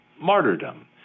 martyrdom